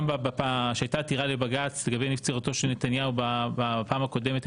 גם כשהייתה עתירה לבג"צ לגבי נבצרותו של נתניהו בפעם הקודמת,